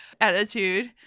attitude